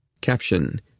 Caption